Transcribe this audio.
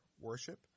worship